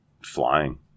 flying